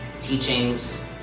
teachings